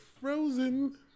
frozen